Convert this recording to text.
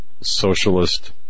socialist